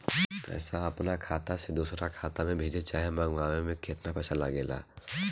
पैसा अपना खाता से दोसरा खाता मे भेजे चाहे मंगवावे में केतना पैसा लागेला?